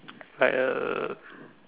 like uh